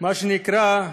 מה שנקרא,